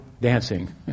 dancing